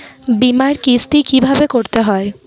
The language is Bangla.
বিমার কিস্তি কিভাবে করতে হয়?